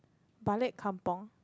balik kampung